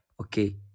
Okay